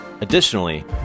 Additionally